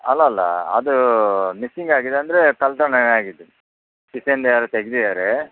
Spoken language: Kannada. ಅಲ್ಲ ಅಲ್ಲ ಅದು ಮಿಸ್ಸಿಂಗಾಗಿದೆ ಅಂದರೆ ಕಳ್ಳತನ ಆಗಿದೆ ಕಿಸೆಯಿಂದ ಯಾರೋ ತೆಗ್ದಿದಾರೆ